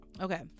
Okay